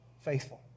faithful